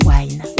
Wine